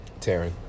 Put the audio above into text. Taryn